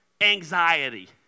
anxiety